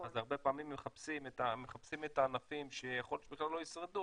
הרבה פעמים מחפשים את הענפים שיכול להיות שלא ישרדו,